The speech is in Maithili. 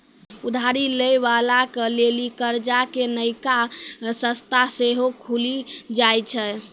उधारी लै बाला के लेली कर्जा के नयका रस्ता सेहो खुलि जाय छै